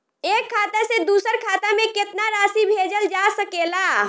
एक खाता से दूसर खाता में केतना राशि भेजल जा सके ला?